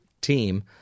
team